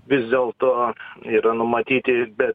vis dėlto yra numatyti bet